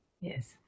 Yes